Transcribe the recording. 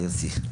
יוסי,